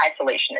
Isolation